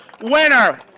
winner